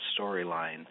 storyline